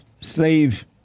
slaves